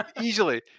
easily